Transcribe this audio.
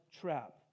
trap